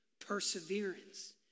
perseverance